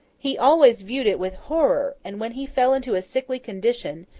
he always viewed it with horror and when he fell into a sickly condition,